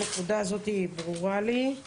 הנקודה הזאת היא ברורה לי.